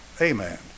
Amen